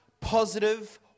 positive